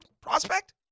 prospect